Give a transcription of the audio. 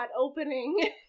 opening